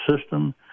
system